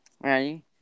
Ready